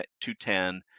210